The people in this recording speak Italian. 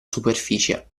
superficie